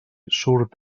surt